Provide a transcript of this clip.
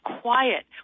quiet